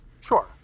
Sure